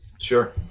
Sure